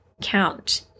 count